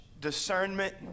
discernment